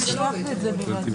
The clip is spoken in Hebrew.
אדוני,